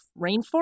rainforest